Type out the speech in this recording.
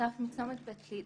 נחטף מצומת בית ליד